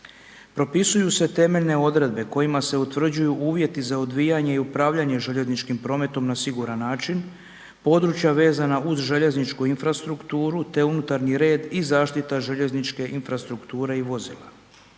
Propisuju se temeljne odredbe kojima se utvrđuju uvjeti za odvijanje i upravljanje željezničkim prometom na siguran način, područja vezana uz željezničku infrastrukturu te unutarnji red i zaštita željezničke infrastrukture i vozila.